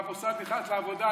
והמוסד נכנס לעבודה,